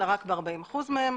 אלא רק ב-40% מהם.